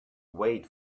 wait